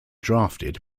drafted